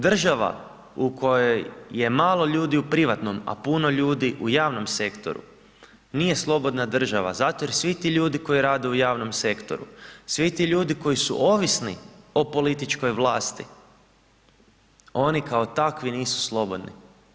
Država u kojoj je malo ljudi u privatnom, a puno ljudi u javnom sektoru nije slobodna država zato jer svi ti ljudi koji rade u javnom sektoru, svi ti ljudi koji su ovisni o političkoj vlasti oni kao takvi nisu slobodni.